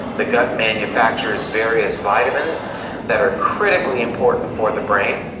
the gut manufactures various vitamins that are critically important for the brain.